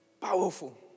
Powerful